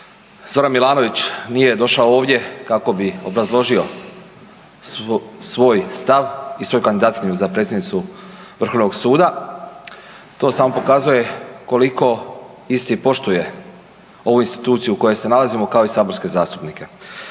Zoran Milanović nije došao ovdje kako bi obrazložio svoj stav i svoju kandidatkinju za predsjednicu Vrhovnog suda. To samo pokazuje koliko isti poštuje ovu instituciju u kojoj se nalazimo kao i saborske zastupnike.